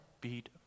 beat